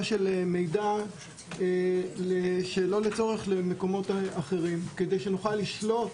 של מידע שלא לצורך למקומות אחרים כדי שנוכל לשלוט